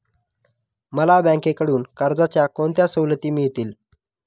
मला बँकेकडून कर्जाच्या कोणत्या सवलती मिळतील?